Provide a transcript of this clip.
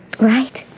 Right